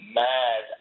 mad